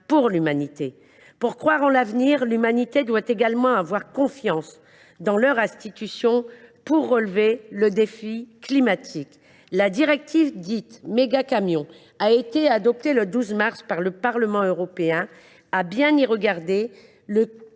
pour l’humanité. Pour croire en l’avenir, l’humanité doit également avoir confiance dans ses institutions pour relever le défi climatique. La directive dite « Mégacamions » a été adoptée le 12 mars par le Parlement européen. À bien y regarder, le